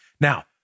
Now